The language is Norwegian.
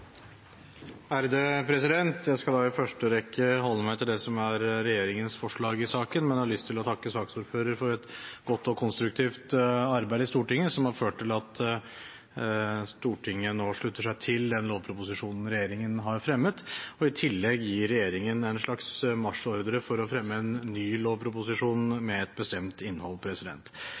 Jeg skal i første rekke holde meg til det som er regjeringens forslag i saken, men har lyst til å takke saksordføreren for et godt og konstruktivt arbeid i Stortinget, som har ført til at Stortinget nå slutter seg til den lovproposisjonen regjeringen har fremmet, og i tillegg gir regjeringen en slags marsjordre for å fremme en ny lovproposisjon med et bestemt innhold.